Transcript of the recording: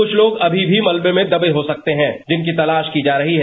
कुछ लोग अभी भी मलबे में दबे हो सकते हैं जिनकी तलाश की जा रही है